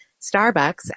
Starbucks